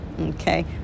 Okay